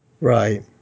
Right